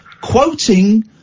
quoting